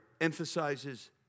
emphasizes